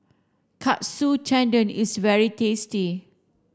Katsu Tendon is very tasty